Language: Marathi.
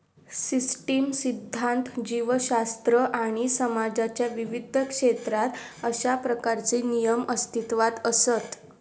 सिस्टीम सिध्दांत, जीवशास्त्र आणि समाजाच्या विविध क्षेत्रात अशा प्रकारचे नियम अस्तित्वात असत